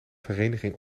vereniging